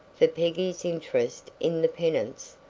for peggy's interest in the penance,